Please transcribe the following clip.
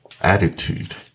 attitude